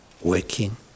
Working